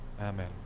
Amen